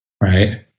right